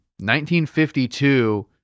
1952